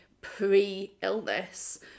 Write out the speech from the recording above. pre-illness